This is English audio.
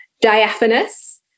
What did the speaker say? Diaphanous